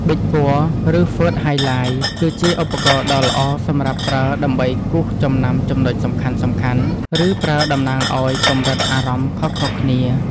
ប៊ិចពណ៌ ឬហ្វឺតហាយឡាយ គឺជាឧបករណ៍ដ៏ល្អសម្រាប់ប្រើដើម្បីគូសចំណាំចំណុចសំខាន់ៗ ឬប្រើតំណាងឱ្យកម្រិតអារម្មណ៍ខុសៗគ្នា។